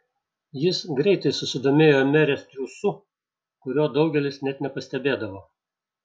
jis greitai susidomėjo merės triūsu kurio daugelis net nepastebėdavo